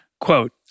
quote